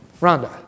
Rhonda